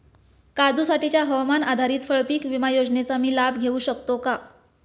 काजूसाठीच्या हवामान आधारित फळपीक विमा योजनेचा मी लाभ घेऊ शकतो का?